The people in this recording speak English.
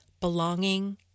belonging